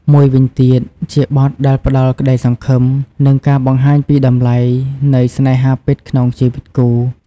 មួយវីញទៀត ជាបទដែលផ្តល់ក្តីសង្ឃឹម និងបង្ហាញពីតម្លៃនៃស្នេហាពិតក្នុងជីវិតគូ។